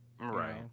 Right